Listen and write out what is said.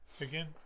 Again